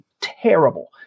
terrible